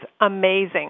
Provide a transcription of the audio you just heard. amazing